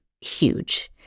huge